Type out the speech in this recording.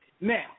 Now